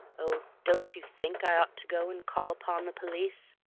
oh, don't you think i ought to go and call upon the police?